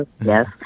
yes